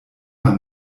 man